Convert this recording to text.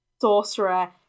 sorcerer